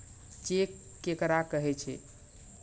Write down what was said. Cheque केकरा कहै छै?